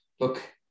look